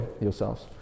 yourselves